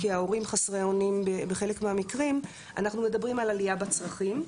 כי ההורים חסרי אונים בחלק מהמקרים אנחנו מדברים על עלייה בצרכים,